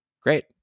Great